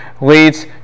leads